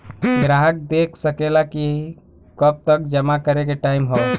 ग्राहक देख सकेला कि कब तक जमा करे के टाइम हौ